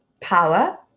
power